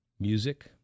music